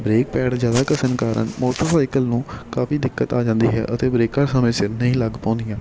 break pad ਜ਼ਿਆਦਾ ਘਸਣ ਕਾਰਨ ਮੋਟਰਸਾਈਕਲ ਨੂੰ ਕਾਫੀ ਦਿੱਕਤ ਆ ਜਾਂਦੀ ਹੈ ਅਤੇ ਬਰੇਕਾਂ ਸਮੇਂ ਸਿਰ ਨਹੀਂ ਲੱਗ ਪਾਉਂਦੀਆਂ